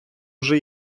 вже